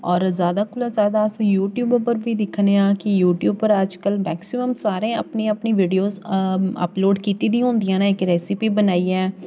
होर ज्यादा कोला ज्यादा अस यू ट्यूब उप्पर बी दिक्खने आं कि यू ट्यूब पर अज्जकल मैक्सिमम सारें अपनी अपनी बिड़िओज़ अपलोड कीती दी होंदियां न इक रैस्पी बनाइयै